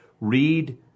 read